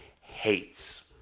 hates